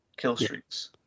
killstreaks